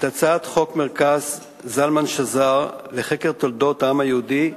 את הצעת חוק מרכז זלמן שזר לחקר תולדות העם היהודי,